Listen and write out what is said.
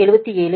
56 0